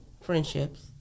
friendships